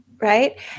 Right